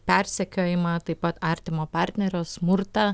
persekiojimą taip pat artimo partnerio smurtą